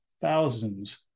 thousands